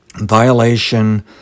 violation